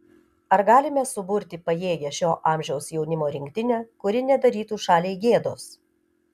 ar galime suburti pajėgią šio amžiaus jaunimo rinktinę kuri nedarytų šaliai gėdos